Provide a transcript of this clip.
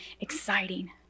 exciting